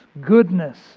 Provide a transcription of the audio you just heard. goodness